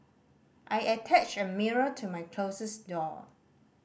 I attached a mirror to my closet door